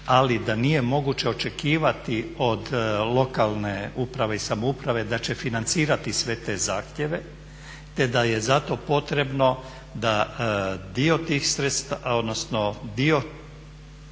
ali da nije moguće očekivati od lokalne uprave i samouprave da će financirati sve te zahtjeve te da je zato potrebno da dio tih, dio